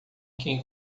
quem